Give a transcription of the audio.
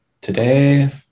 Today